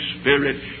Spirit